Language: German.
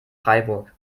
freiburg